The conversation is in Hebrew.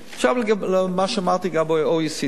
עכשיו, בקשר למה שאמרתי לגבי ה-OECD,